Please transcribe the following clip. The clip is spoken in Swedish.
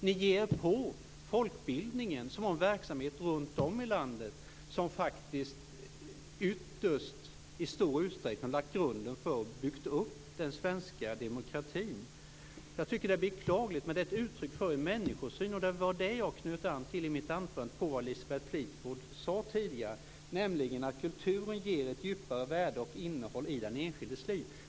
Ni ger er på folkbildningen, som har en verksamhet runt om i landet och som faktiskt ytterst i stor utsträckning har lagt grunden för och byggt upp den svenska demokratin. Jag tycker att detta är beklagligt, men det är ett uttryck för en människosyn. Och det var det som jag knöt an till i mitt anförande beträffande det som Elisabeth Fleetwood sade tidigare, nämligen att kulturen ger ett djupare värde och innehåll i den enskildes liv.